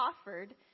offered